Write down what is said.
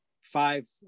five